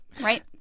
right